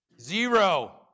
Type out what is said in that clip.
zero